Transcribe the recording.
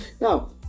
Now